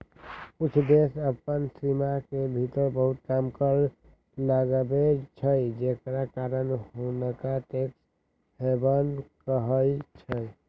कुछ देश अप्पन सीमान के भीतर बहुते कम कर लगाबै छइ जेकरा कारण हुंनका टैक्स हैवन कहइ छै